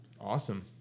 Awesome